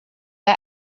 bei